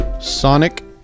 Sonic